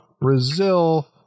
Brazil